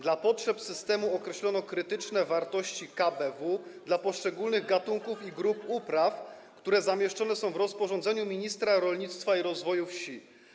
Dla potrzeb systemu określono krytyczne wartości KBW dla poszczególnych gatunków i grup upraw, które zamieszczone są w rozporządzeniu ministra rolnictwa i rozwoju wsi.